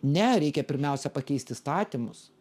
ne reikia pirmiausia pakeist įstatymus